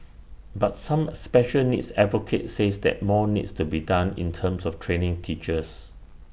but some special needs advocates says that more needs to be done in terms of training teachers